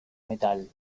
metal